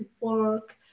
work